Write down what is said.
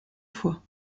fois